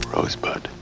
Rosebud